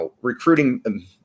recruiting